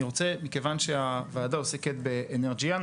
מכיוון שהוועדה עוסקת באנרג'יאן,